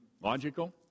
logical